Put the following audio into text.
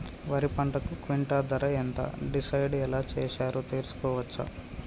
వరి పంటకు క్వింటా ధర ఎంత డిసైడ్ ఎలా చేశారు తెలుసుకోవచ్చా?